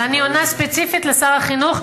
אבל אני עונה ספציפית לשר החינוך,